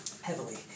Heavily